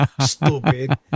Stupid